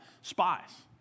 spies